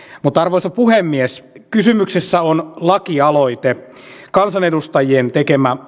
mutta arvoisa puhemies kysymyksessä on lakialoite kansanedustajien tekemä